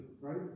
right